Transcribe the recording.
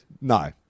No